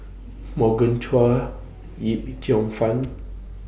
Morgan Chua Yip Cheong Fun